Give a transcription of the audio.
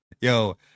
Yo